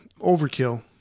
Overkill